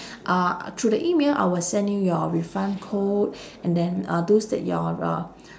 uh through the email I will send you your refund code and then uh those that you're uh